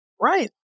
Right